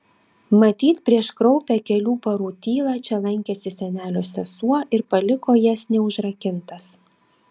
matyt prieš kraupią kelių parų tylą čia lankėsi senelio sesuo ir paliko jas neužrakintas